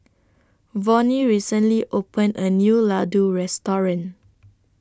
Vonnie recently opened A New Ladoo Restaurant